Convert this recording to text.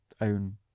own